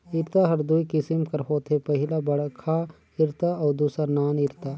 इरता हर दूई किसिम कर होथे पहिला बड़खा इरता अउ दूसर नान इरता